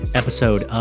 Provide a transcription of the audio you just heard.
episode